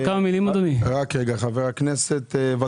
חבר הכנסת ניסים